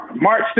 March